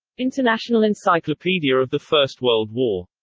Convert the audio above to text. international encyclopedia of the first world war.